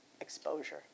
exposure